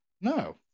No